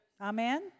Amen